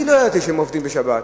אני לא ידעתי שהם עובדים בשבת.